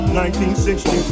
1960